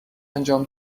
انجام